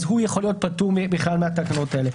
הוא יכול להיות פטור מהתקנות האלה.